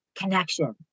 connection